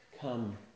come